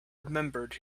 remembered